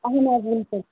اَہن حظ